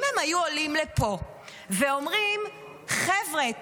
אם הם היו עולים לפה ואומרים: חבר'ה,